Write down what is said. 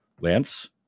Lance